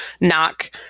knock